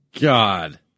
God